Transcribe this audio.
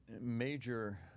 major